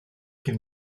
qu’il